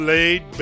Laid